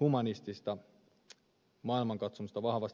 humanistista maailmankatsomusta vahvasti edistäväksi maaksi